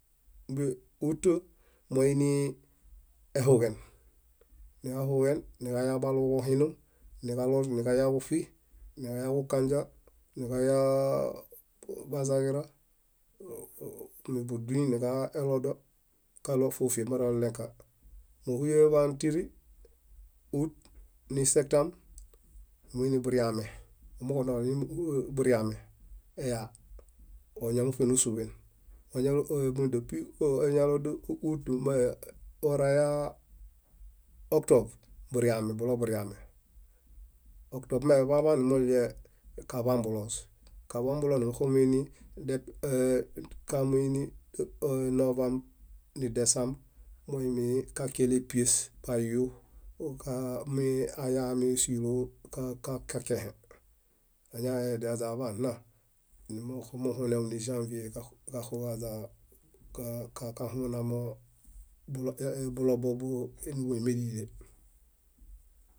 bee út moinii ehuġen, niġahuġen, niġaya baluŋo hinum, niġaloos, niġayaġuṗi, niġayaġukanźa, niġayaaa bazaġira, á- á- mímbuduy niġalodo kaɭo fófieb morelĩka. Móhuyeḃatiri út nisetãb, muiniburiame, omooġo noini buriame eyaa, oñamuṗe nósuḃen. Wáñalo- áa- módepi áa- éñalo de út waraya oktovr, buriame, buloburiame. Oktovr meḃaeḃaan numuɭie kaḃambuloos. Kaḃambulonumuxumuini de- éé- kamiini éé- novãb nidesãb muimikakiel épies, bayu, kaa- miiayami síloo ka- kakiẽhe. Añahedia aźaḃanna, numuxumuhunew níĵãvie kaxuġaźa kaa- ka- kahunamo bulobo mónuḃulemelile